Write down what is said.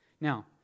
Now